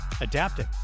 adapting